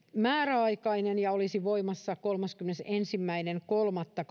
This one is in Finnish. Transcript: määräaikainen ja olisi voimassa kolmaskymmenesensimmäinen kolmatta